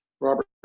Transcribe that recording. Robert